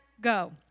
go